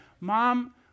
Mom